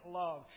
love